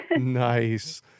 Nice